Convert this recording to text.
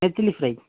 நெத்திலி ஃப்ரை